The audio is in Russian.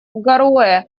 гароуэ